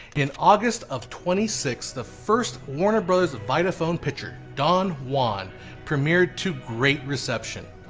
in august of twenty six, the first warner bros. vitaphone picture don juan premiered to great reception.